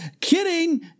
Kidding